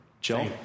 Joe